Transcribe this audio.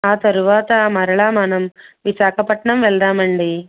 ఆ తరువాత మరల మనం విశాఖపట్నం వెళదాము అండి